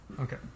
Okay